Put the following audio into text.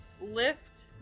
Lift